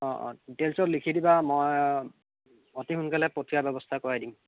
অঁ অঁ ডিটেইলচত লিখি দিবা মই অতি সোনকালে পঠিওৱাৰ ব্যৱস্থা কৰাই দিম